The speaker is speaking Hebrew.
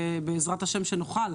בעזרת ה' שנוכל,